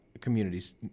communities